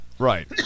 Right